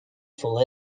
fall